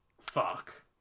Fuck